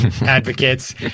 advocates